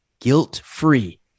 Guilt-free